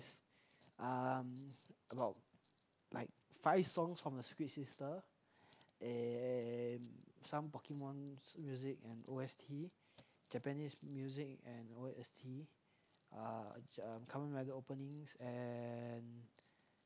um about like five songs from the sister and some pokemon music and O_S_T japanese music and O_S_T uh cover metal openings and